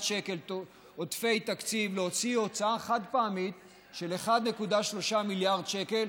שקל עודפי תקציב הוצאה חד-פעמית של 1.3 מיליארד שקל,